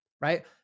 right